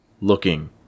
looking